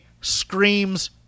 screams